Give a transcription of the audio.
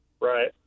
Right